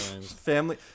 Family